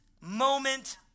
moment